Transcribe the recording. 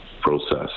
process